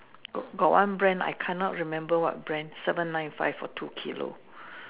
got one brand I can not remember what brand seven nine five for two kilo